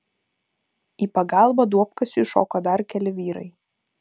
į pagalbą duobkasiui šoko dar keli vyrai